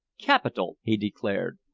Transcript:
capital! he declared.